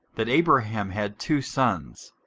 that abraham had two sons,